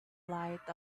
light